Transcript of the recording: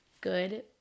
good